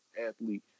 athlete